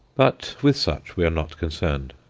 but with such we are not concerned.